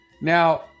Now